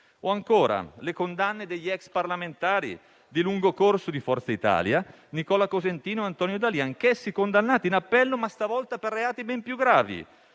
o ancora, delle condanne degli ex parlamentari di lungo corso di Forza Italia, Nicola Cosentino e Antonio D'Alì, anch'essi condannati in appello ma stavolta per reati ben più gravi.